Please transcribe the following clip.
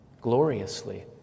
gloriously